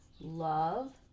Love